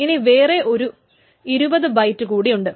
ഇനി വേറെ ഒരു ഇരുപത് ബൈറ്റ് കൂടി ഉണ്ട്